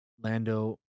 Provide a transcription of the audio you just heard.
lando